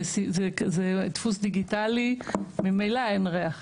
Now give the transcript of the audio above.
זה דפוס דיגיטלי, ממילא אין ריח.